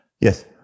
Yes